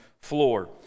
floor